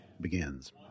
begins